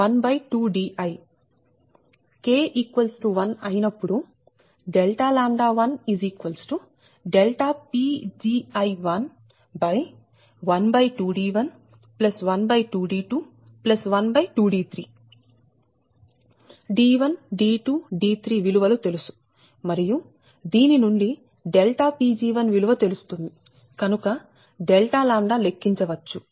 d1 d2 d3 విలువ లు తెలుసు మరియు దీని నుండి Pg1విలువ తెలుస్తుంది కనుక Δλ లెక్కించవచ్చు